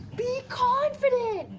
be confident!